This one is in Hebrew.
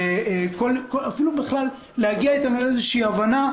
אפילו בכלל להגיע איתנו לאיזושהי הבנה,